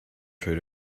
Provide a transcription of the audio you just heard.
true